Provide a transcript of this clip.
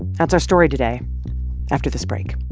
that's our story today after this break